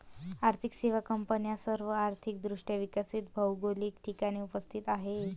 आर्थिक सेवा कंपन्या सर्व आर्थिक दृष्ट्या विकसित भौगोलिक ठिकाणी उपस्थित आहेत